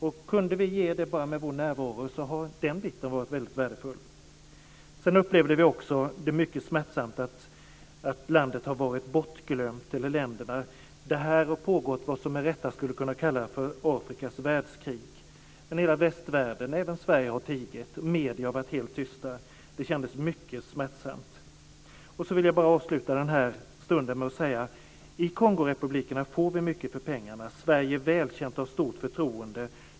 Om vi kunde ge det bara med vår närvaro, så har den biten varit väldigt värdefull. Sedan upplevde vi det också mycket smärtsamt att länderna har varit bortglömda. Här har pågått vad som med rätta skulle kunna kallas Afrikas världskrig, men hela västvärlden, även Sverige, har tigit. Medierna har varit helt tysta. Det kändes mycket smärtsamt. Jag vill avsluta den här stunden med att säga att vi får mycket för pengarna i Kongorepublikerna. Sverige är välkänt och har ett stort förtroende.